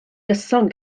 gyson